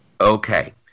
Okay